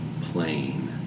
plain